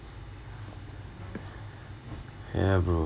ya bro